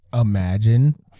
Imagine